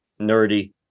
nerdy